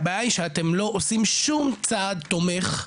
הבעיה היא שאתם לא עושים שום צעד תומך,